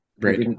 Right